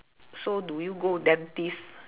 so do you go dentist